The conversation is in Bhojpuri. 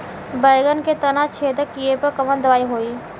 बैगन के तना छेदक कियेपे कवन दवाई होई?